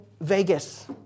Vegas